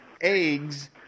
eggs